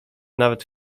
nawet